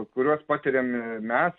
kuriuos patiriam mes